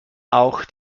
auch